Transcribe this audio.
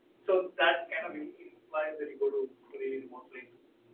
so that kind of you like that you go to really remote places,